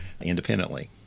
independently